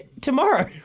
Tomorrow